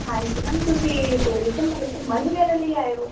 ਹਾਂਜੀ ਮੈਮ ਤੁਸੀਂ ਟੂਰਿਜਮ ਮਤਲਬ ਘੁੰਮਣ ਵਗੈਰਾ ਲਈ ਆਏ ਹੋ